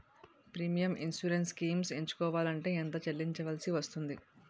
Premium insurance schemes ఎంచుకోవలంటే ఎంత చల్లించాల్సివస్తుంది??